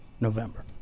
November